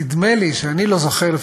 נדמה לי שאני לא זוכר,